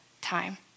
time